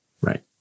Right